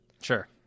Sure